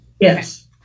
Yes